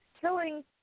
Killing